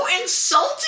insulting